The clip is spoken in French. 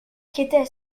qu’était